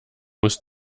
muss